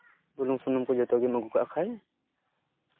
ᱵᱩᱞᱩᱝ ᱥᱩᱱᱩᱢ ᱠᱚ ᱡᱚᱛᱚ ᱜᱮᱢ ᱟᱹᱜᱩ ᱠᱟᱜ ᱠᱷᱟᱡ